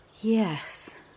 Yes